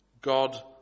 God